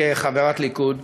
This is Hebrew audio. כחברת ליכוד,